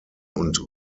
und